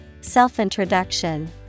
Self-introduction